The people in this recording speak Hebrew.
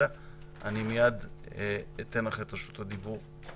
אני מייד אתן לך את רשות הדיבור,